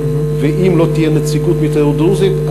ואם לא תהיה נציגות מהתיירות הדרוזית,